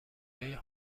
های